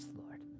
Lord